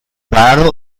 raro